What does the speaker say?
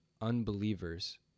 unbelievers